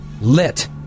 lit